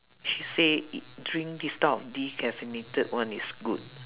she say it drink this type of decaffeinated one is good